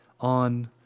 on